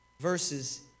verses